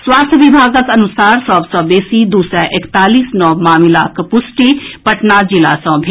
स्वास्थ्य विभागक अनुसार सभ सँ बेसी दू सय एकतालीस नव मामिलाक पुष्टि पटना जिला सँ भेल